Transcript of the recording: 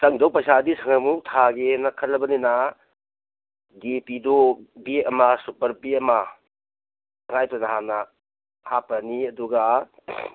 ꯆꯪꯗꯧ ꯄꯩꯁꯥꯗꯤ ꯁꯪꯉꯝ ꯑꯃ ꯊꯥꯒꯦꯅ ꯈꯜꯂꯕꯅꯤꯅ ꯗꯦ ꯑꯦ ꯄꯤꯗꯣ ꯕꯦꯒ ꯑꯃ ꯁꯨꯄꯔ ꯕꯦꯒ ꯑꯃ ꯁꯨꯃꯥꯏꯅ ꯇꯧꯗꯅ ꯍꯥꯟꯅ ꯍꯥꯞꯄꯅꯤ ꯑꯗꯨꯒ